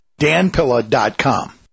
danpilla.com